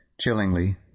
chillingly